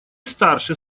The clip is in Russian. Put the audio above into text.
старше